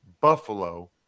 Buffalo